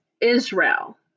Israel